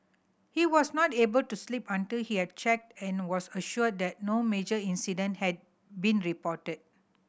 he was not able to sleep until he had checked and was assured that no major incident had been reported